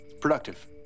productive